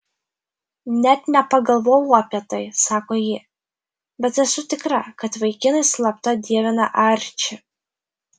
net nepagalvojau apie tai sako ji bet esu tikra kad vaikinai slapta dievina arčį